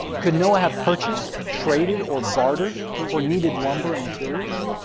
could noah have purchased, traded or bartered for needed lumber and materials?